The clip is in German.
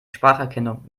spracherkennung